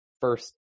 first